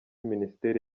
minisiteri